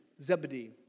Zebedee